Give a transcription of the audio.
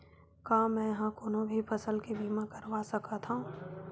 का मै ह कोनो भी फसल के बीमा करवा सकत हव?